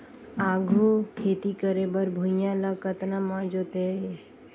आघु खेती करे बर भुइयां ल कतना म जोतेयं?